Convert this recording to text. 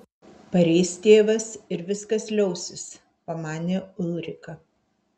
pareis tėvas ir viskas liausis pamanė ulrika